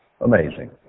Amazing